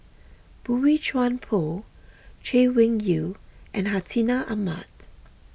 Boey Chuan Poh Chay Weng Yew and Hartinah Ahmad